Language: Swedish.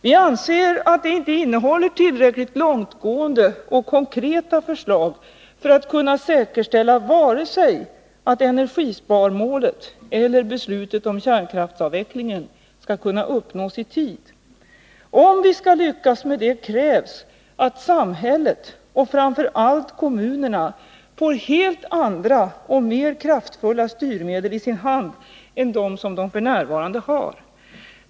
Vi anser att regeringsförslaget inte innehåller tillräckligt långtgående och konkreta åtgärder för att man skall kunna säkerställa att vare sig energisparmålet eller beslutet om kärnkraftsavvecklingen uppnås i tid. För att vi skall lyckas på dessa punkter krävs att samhället och framför allt kommunerna får helt andra och mer kraftfulla styrmedel i sin hand än dem som de f. n. har.